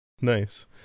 Nice